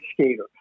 skater